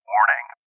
Warning